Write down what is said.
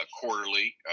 quarterly